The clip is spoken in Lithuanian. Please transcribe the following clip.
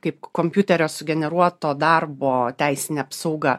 kaip kompiuterio sugeneruoto darbo teisinė apsauga